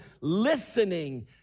listening